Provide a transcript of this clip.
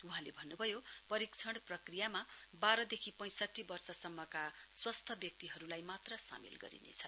वहाँले भन्नुभयो परीक्षण प्रक्रियामा वाह्वदेखि पैंसठी वर्षसम्मका स्वस्थ व्यक्तिहरुलाई मात्र सामेल गरिनेछ